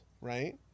right